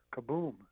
kaboom